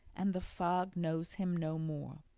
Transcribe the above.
and the fog knows him no more.